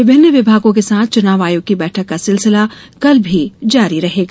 विभिन्न विभागों के साथ चुनाव आयोग की बैठक का सिलसिला कल भी जारी रहेगा